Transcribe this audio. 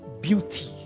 beauty